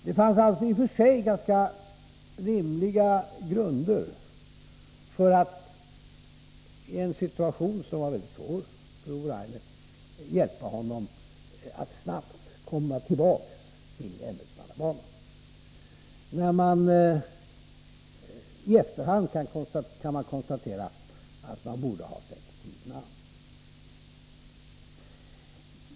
Det fanns alltså i och för sig ganska rimliga grunder för att i en situation som var väldigt svår för Ove Rainer hjälpa honom att snabbt komma tillbaka till ämbetsmannabanan. I efterhand kan man konstatera att vi borde ha sett tiden an.